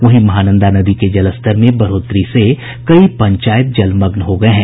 वहीं महानंदा नदी के जलस्तर में बढ़ोतरी से कई पंचायत जलमग्न हो गये हैं